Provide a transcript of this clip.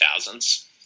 thousands